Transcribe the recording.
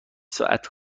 ساعت